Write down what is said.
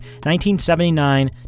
1979